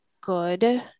good